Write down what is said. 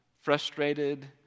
frustrated